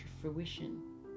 fruition